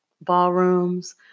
ballrooms